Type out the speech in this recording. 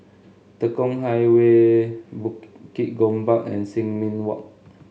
Tekong Highway Bukit Gombak and Sin Ming Walk